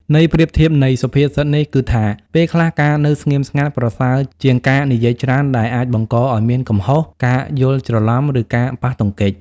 ន័យប្រៀបធៀបនៃសុភាសិតនេះគឺថា ពេលខ្លះ ការនៅស្ងៀមស្ងាត់ប្រសើរជាងការនិយាយច្រើន ដែលអាចបង្កឱ្យមានកំហុស ការយល់ច្រឡំ ឬការប៉ះទង្គិច។